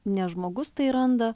ne žmogus tai randa